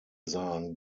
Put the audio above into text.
sahen